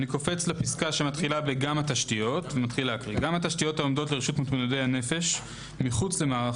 גם התשתיות העומדות לרשות מתמודדי נפש מחוץ למערך